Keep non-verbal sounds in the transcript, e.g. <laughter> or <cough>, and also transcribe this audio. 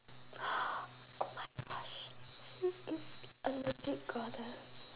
<noise> oh my gosh she is a legit goddess